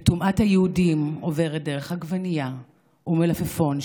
וטומאת היהודים עוברת דרך עגבנייה ומלפפון,